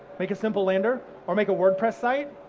make a simple lander or make a wordpress site,